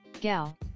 gal